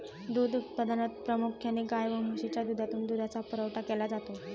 दूध उत्पादनात प्रामुख्याने गाय व म्हशीच्या दुधातून दुधाचा पुरवठा केला जातो